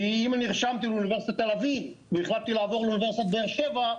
כי אם נרשמתי באוניברסיטת תל אביב והחלטתי לעבור לאוניברסיטת באר שבע,